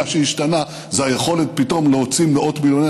מה שהשתנה זה היכולת פתאום להוציא מאות מיליוני